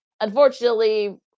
unfortunately